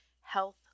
health